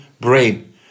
brain